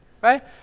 Right